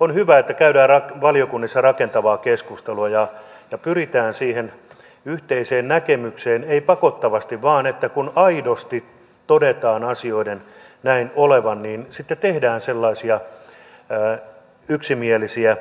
on hyvä että käydään valiokunnissa rakentavaa keskustelua ja pyritään siihen yhteiseen näkemykseen ei pakottavasti vaan että kun aidosti todetaan asioiden näin olevan niin sitten tehdään sellaisia yksimielisiä